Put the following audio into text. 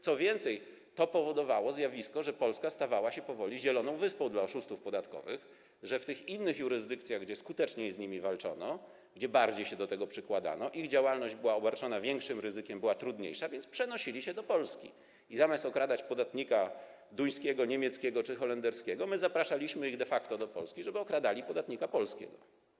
Co więcej, to powodowało zjawisko, że Polska stawała się powoli zieloną wyspą dla oszustów podatkowych, że w tych innych jurysdykcjach, gdzie skuteczniej z nimi walczono, gdzie bardziej się do tego przykładano, ich działalność była obarczona większym ryzykiem, była trudniejsza, więc przenosili się do Polski i zamiast okradać podatnika duńskiego, niemieckiego czy holenderskiego, my zapraszaliśmy ich de facto do Polski, żeby okradali podatnika polskiego.